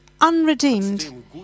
unredeemed